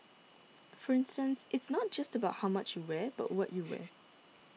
for instance it's not just about how much you wear but what you wear